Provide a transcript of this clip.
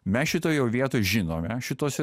mes šitoj jau vietoj žinome šituos